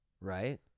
right